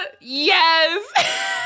Yes